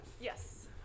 Yes